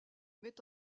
met